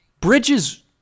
Bridges